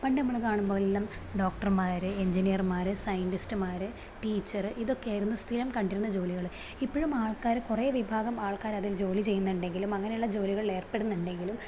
നമ്മള് കാണുമ്പോഴെല്ലാം ഡോക്ടർമാര് എൻജിനീയർമാര് സൈൻറ്റിസ്റ്റുമാര് ടീച്ചറ് ഇതൊക്കെയാരുന്നു സ്ഥിരം കണ്ടിരുന്ന ജോലികള് ഇപ്പഴും ആൾക്കാര് കുറെ വിഭാഗം ആൾക്കാര് അതിൽ ജോലി ചെയ്യുന്നുണ്ടെങ്കിലും അങ്ങനെയുള്ള ജോലികളിൽ ഏർപ്പെടുന്നുണ്ടെങ്കിലും